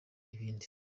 ibindi